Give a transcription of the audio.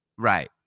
Right